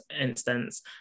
instance